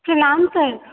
प्रणाम सर